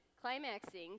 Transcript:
climaxing